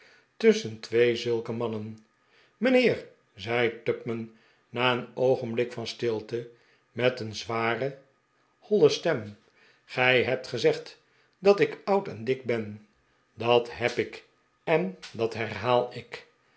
tusschen twee zulke mannen mijnheer zei tupman na een oogenblik van stilte met een zware holle stem gij hebt gezegd dat ik oud en dik ben dat heb ik en dat herhaal ik